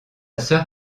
sœur